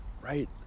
Right